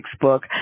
book